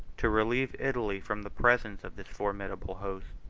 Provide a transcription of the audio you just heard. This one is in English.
to relieve italy from the presence of this formidable host,